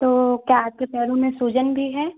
तो क्या आपके पैरों में सूजन भी है